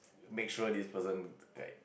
make sure this person like